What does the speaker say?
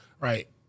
right